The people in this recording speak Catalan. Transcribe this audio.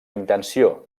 intenció